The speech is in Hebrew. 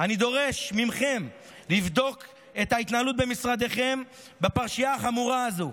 אני דורש מכם לבדוק את ההתנהלות במשרדיכם בפרשייה החמורה הזו,